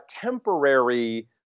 temporary